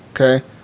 okay